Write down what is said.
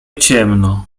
ciemno